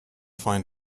find